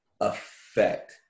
affect